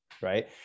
Right